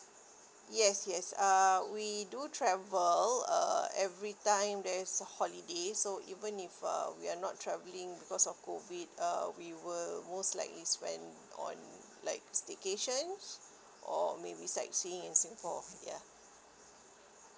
yes yes uh we do travel uh every time there's holiday so even if uh we are not travelling because of COVID uh we were most likely spend on like staycations or maybe sightseeing in singapore ya